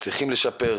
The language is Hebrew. חוסכים לשלוח הודעות.